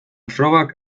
frogak